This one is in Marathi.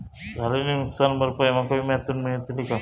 झालेली नुकसान भरपाई माका विम्यातून मेळतली काय?